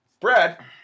Brad